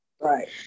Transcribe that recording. Right